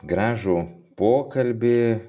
gražų pokalbį